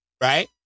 right